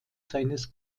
seines